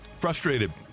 Frustrated